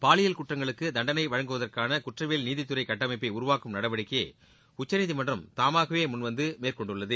பாலியல் குற்றங்களுக்கு தண்டனை வழங்குவதற்கான குற்றவியல் நீதித்துறை கட்டமைப்பை உருவாக்கும் நடவடிக்கையை உச்சநீதிமன்றம் தாமாகவே முன்வந்து மேற்கொண்டுள்ளது